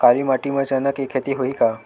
काली माटी म चना के खेती होही का?